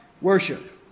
worship